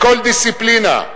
בכל דיסציפלינה,